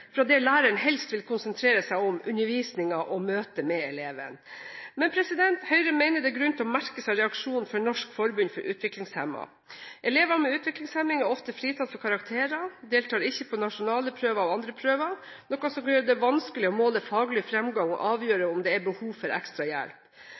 fra det læreren helst vil konsentrere seg om; undervisningen og møtet med eleven. Høyre mener det er grunn til å merke seg reaksjonen fra Norsk forbund for utviklingshemmede. Elever med utviklingshemning er ofte fritatt for karakterer, de deltar ikke på nasjonale prøver og andre prøver, noe som kan gjøre det vanskelig å måle faglig fremgang og